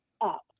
up